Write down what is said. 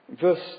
Verse